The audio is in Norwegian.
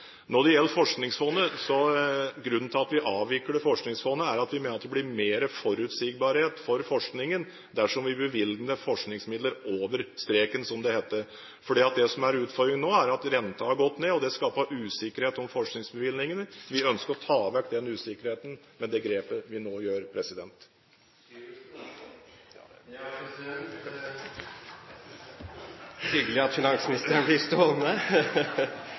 Grunnen til at vi avvikler Forskningsfondet, er at vi mener at det blir mer forutsigbarhet for forskningen dersom vi bevilger forskningsmidler over streken, som det heter. Det som er utfordringen nå, er at renten har gått ned, og det skaper usikkerhet om forskningsbevilgningene. Vi ønsker å ta vekk den usikkerheten med det grepet vi nå gjør. Det er hyggelig at finansministeren blir